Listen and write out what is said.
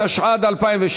התשע"ד 2013,